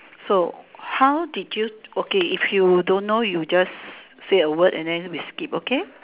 so how did you okay if you don't know you just say a word and then we skip okay